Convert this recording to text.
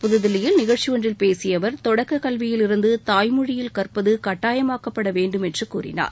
புத்தில்லியில் நிகழ்ச்சி ஒன்றில் பேசிய அவர் தொடக்க கல்வியிலிருந்து தாய்மொழியில் கற்பது கட்டாயமாக்கப்பட வேண்டுமென்று அவர் கூறினார்